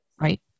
right